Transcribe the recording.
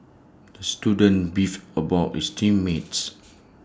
the student beefed about his team mates